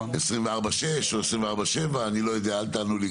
6/24 או 7/24. אני לא יודע וגם אל תענו לי